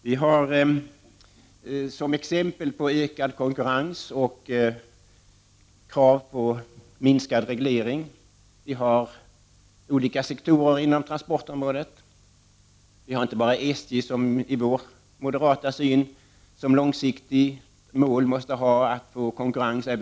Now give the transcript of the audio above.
Vi har som exempel på ökad konkurrens och krav på mindre reglering sagt att olika sektorer inom transportområdet, inte bara SJ, enligt moderat syn skall ha som långsiktigt mål att få konkurrens.